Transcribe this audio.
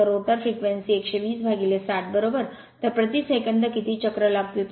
तर rotor frequency १२०60 बरोबर तर प्रति सेकंद किती चक्र लागतील